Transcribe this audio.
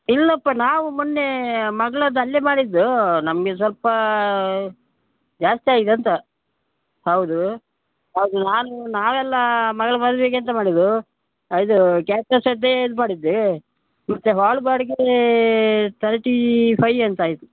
ಇಲ್ಲಪ್ಪ ಅಲ್ಲೇ ಮಾಡಿದ್ದೂ ನಮಗೆ ಸ್ವಲ್ಪ ಜಾಸ್ತಿ ಆಗಿದೆಂತ ಹೌದು ಅದು ನಾನು ನಾವೆಲ್ಲ ಮಗಳ ಮದ್ವೆಗೆ ಎಂಥ ಮಾಡೋದು ಹಾಂ ಇದು ಕೆಲಸ ಶ್ರದ್ಧೆಯಲ್ಲಿ ಮಾಡಿದ್ದೆ ಮತ್ತೆ ಹಾಲ್ ಬಾಡಿಗೆ ತರ್ಟಿ ಫೈವ್ ಅಂತ ಆಯ್ತು